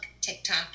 TikTok